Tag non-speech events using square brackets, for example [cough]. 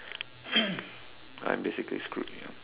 [coughs] I'm basically screwed ya